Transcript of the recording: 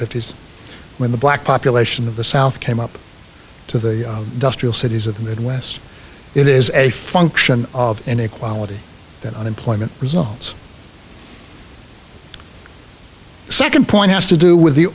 fifty's when the black population of the south came up to the cities of the midwest it is a function of inequality and unemployment results second point has to do with the